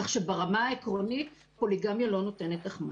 כך שברמה העקרונית פוליגמיה לא נותנת אחמ"ש.